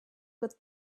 good